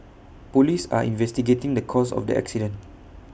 Police are investigating the cause of the accident